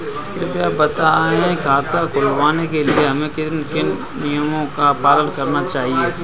कृपया बताएँ खाता खुलवाने के लिए हमें किन किन नियमों का पालन करना चाहिए?